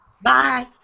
Bye